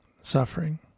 suffering